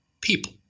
people